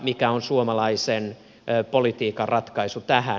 mikä on suomalaisen politiikan ratkaisu tähän